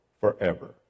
forever